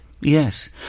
yes